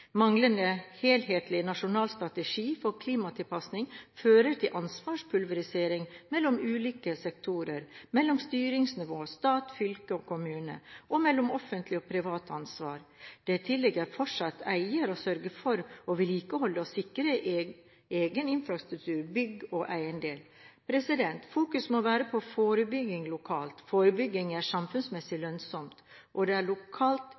manglende helhetlig nasjonal strategi for klimatilpasning fører til ansvarspulverisering mellom ulike sektorer og mellom styringsnivå – stat, fylke og kommune – og mellom offentlig og privat ansvar. Det tilligger fortsatt eier å sørge for å vedlikeholde og sikre egen infrastruktur, bygg og eiendeler. Fokuset må være på forebygging lokalt. Forebygging er samfunnsmessig lønnsomt, og det er lokalt